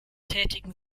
tätigen